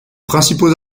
principaux